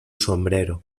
sombrero